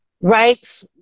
right